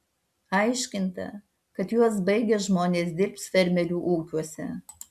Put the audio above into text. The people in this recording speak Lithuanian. aiškinta kad juos baigę žmonės dirbs fermerių ūkiuose